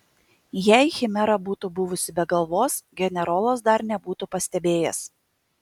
jei chimera būtų buvusi be galvos generolas dar nebūtų pastebėjęs